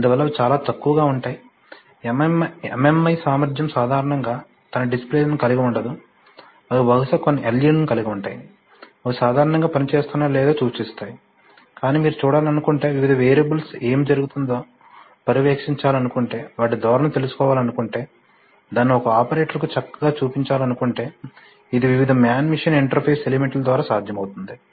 అందువల్ల అవి చాలా తక్కువగా ఉంటాయి MMI సామర్ధ్యం సాధారణంగా తన డిస్ప్లేలను కలిగి ఉండదు అవి బహుశా కొన్ని LED లను కలిగి ఉంటాయి అవి సాధారణంగా పనిచేస్తున్నాయో లేదో సూచిస్తాయి కానీ మీరు చూడాలనుకుంటే వివిధ వేరియబుల్స్కు ఏమి జరుగుతుందో పర్యవేక్షించాలనుకుంటే వాటి ధోరణి తెలుసుకోవలనుకుంటే దానిని ఒక ఆపరేటర్కు చక్కగా చూపించలనుకుంటే ఇది వివిధ మ్యాన్ మెషిన్ ఇంటర్ఫేస్ ఎలిమెంట్ల ద్వారా సాధ్యమవుతుంది